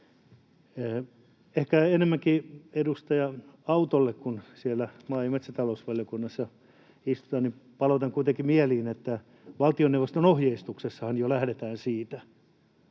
Ehkä enemmänkin edustaja Autolle, kun siellä maa- ja metsätalousvaliokunnassa istutaan, palautan kuitenkin mieliin, että valtioneuvoston ohjeistuksessahan jo lähdetään siitä,